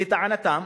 לטענתם,